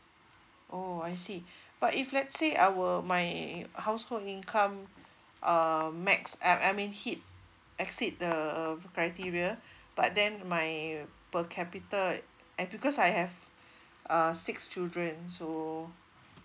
oh I see but if let's say our my household income uh max I I mean hit exceed the criteria but then my per capita I because I have uh six children so